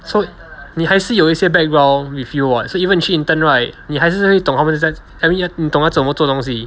so 你还是有一些 background with you [what] so even 你去 intern right 你还是会懂他们是在 I mean 你懂要怎么做东西